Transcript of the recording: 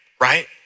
right